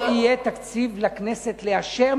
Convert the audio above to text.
לא יהיה תקציב לכנסת לאשר,